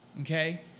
okay